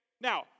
Now